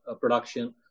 production